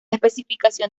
especificación